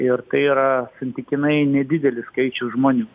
ir tai yra santykinai nedidelis skaičius žmonių